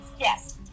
Yes